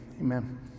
Amen